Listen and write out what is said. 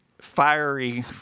fiery